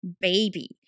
baby